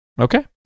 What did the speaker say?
Okay